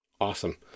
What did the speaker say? Awesome